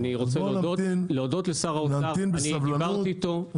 אני רוצה להודות לשר האוצר, אני דיברתי איתו.